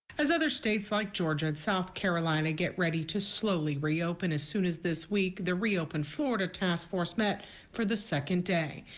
as other states like georgia and south carolina get ready to slowly reopen as soon as this week, the reopen reopen florida task force met for the second day.